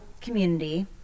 community